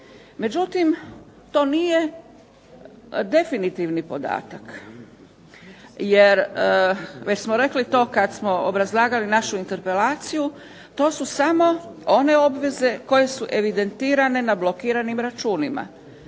Međutim, to nije definitivni podatak jer već smo rekli to kad smo obrazlagali našu interpelaciju, to su samo one obveze koje su evidentirane na blokiranim računima.